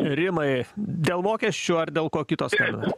rimai dėl mokesčių ar dėl ko kito skambinat